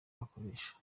bakoresha